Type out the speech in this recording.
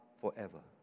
forever